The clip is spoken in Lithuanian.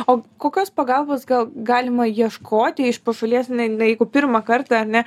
o kokios pagalbos gal galima ieškoti iš pašalies ne ne jeigu pirmą kartą ar ne